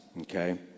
okay